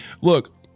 look